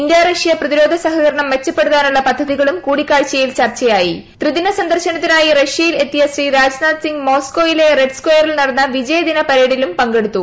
India Russia പ്രതിരോധ സഹുക്രൂണം മെച്ചപ്പെടുത്താനുളള പദ്ധതികളും കൂടിക്കാഴ്ചയിൽ സന്ദർശനത്തിനായി റഷ്യയിൽ എത്തിയ ശ്രീ രാജ്നാഥ് സിംഗ് മോസ്കോയിലെ റെഡ് സ്ക്വെയ്റ്റിൽ നടന്ന വിജയ പരേഡിലും പങ്കെടുത്തു